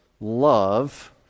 love